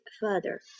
further